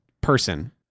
person